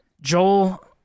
Joel